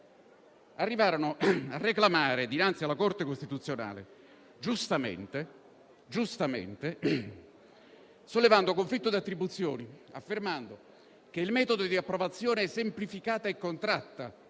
giustamente a reclamare dinanzi alla Corte costituzionale, sollevando conflitto di attribuzioni e affermando che il metodo di approvazione semplificata e contratta